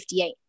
58